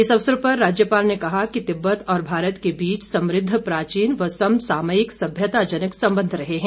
इस अवसर पर राज्यपाल ने कहा कि तिब्बत और भारत के बीच समृद्ध प्राचीन व समसामयिक सभ्यताजनक संबंध रहे हैं